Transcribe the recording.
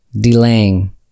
Delaying